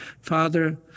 Father